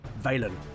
Valen